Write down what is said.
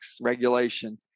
regulation